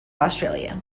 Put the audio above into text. australia